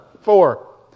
Four